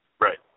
Right